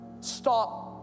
Stop